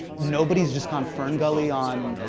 nobody's just gone ferngully on